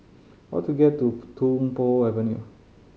how to get to Tung Po Avenue